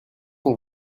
font